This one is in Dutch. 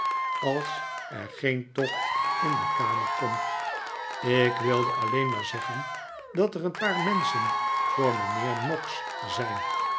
als er geen tocht in de kamer komt ik wilde alleen maar zeggen dat er een paar menschen voor mijnheer noggs zijn